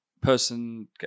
person